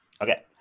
Okay